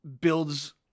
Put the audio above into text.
Builds